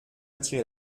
attirer